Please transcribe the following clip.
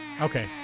Okay